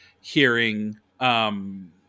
hearing